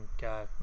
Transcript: go